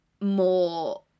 more